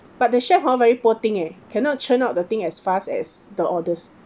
but the chef hor very poor thing eh cannot churn out the thing as fast as the orders